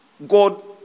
God